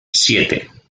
siete